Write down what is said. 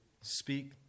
speak